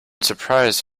surprise